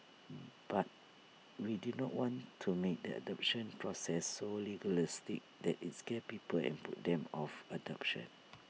but we did not want to make the adoption process so legalistic that IT scares people and puts them off adoption